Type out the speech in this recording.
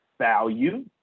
Value